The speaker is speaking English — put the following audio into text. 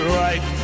right